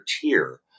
tier